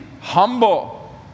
humble